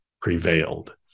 prevailed